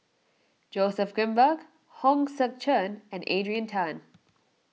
Joseph Grimberg Hong Sek Chern and Adrian Tan